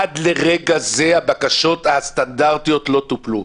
עד לרגע זה הבקשות הסטנדרטיות לא טופלו.